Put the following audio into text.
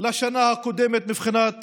לשנה הקודמת מבחינת